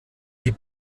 die